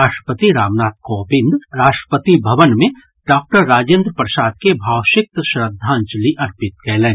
राष्ट्रपति रामनाथ कोविंद राष्ट्रपति भवन मे डॉक्टर राजेन्द्र प्रसाद के भावसिक्त श्रद्धांजलि अर्पित कयलनि